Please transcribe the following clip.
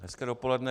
Hezké dopoledne.